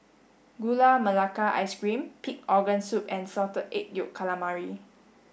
Gula Melaka ice cream pig organ soup and salted egg yolk calamari